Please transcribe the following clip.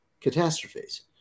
catastrophes